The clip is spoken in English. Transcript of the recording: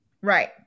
right